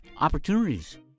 opportunities